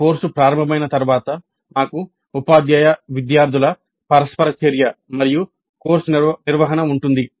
course ప్రారంభమైన తర్వాత మాకు ఉపాధ్యాయ విద్యార్థుల పరస్పర చర్య మరియు కోర్సు నిర్వహణ ఉంటుంది